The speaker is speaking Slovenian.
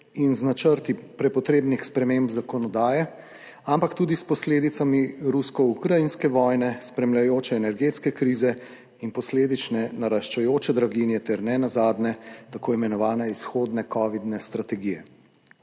in z načrti prepotrebnih sprememb zakonodaje, ampak tudi s posledicami rusko-ukrajinske vojne, spremljajoče energetske krize in posledično naraščajoče draginje ter nenazadnje tako imenovane izhodne covidne strategije.